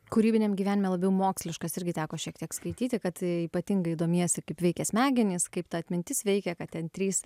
kūrybiniam gyvenime labiau moksliškas irgi teko šiek tiek skaityti kad ypatingai domiesi kaip veikia smegenys kaip ta atmintis veikia kad ten trys